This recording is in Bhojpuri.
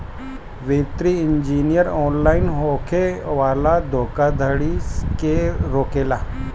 वित्तीय इंजीनियरिंग ऑनलाइन होखे वाला धोखाधड़ी के रोकेला